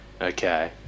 Okay